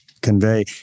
convey